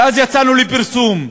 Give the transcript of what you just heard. אז יצאנו לפרסום,